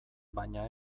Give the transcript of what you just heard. baina